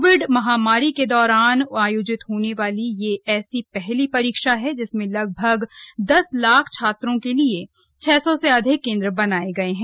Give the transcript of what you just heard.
Covid महामारी के दौरान आयोजित होने वाली यह ऐसी पहली परीक्षा है जिसमें लगभग दस लाख छात्रों के लिए छह सौ से अधिक केंद्र बनाये गये हैं